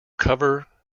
cover